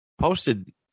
posted